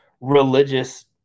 religious